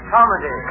Comedy